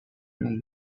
knew